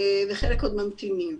וחלק עוד ממתינים.